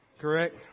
Correct